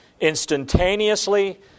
instantaneously